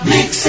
Mix